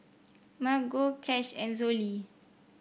Margo Cash and Zollie